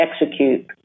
execute